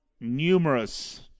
numerous